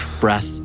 breath